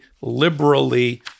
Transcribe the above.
liberally